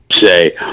say